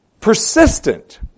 persistent